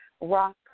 rock